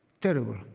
Terrible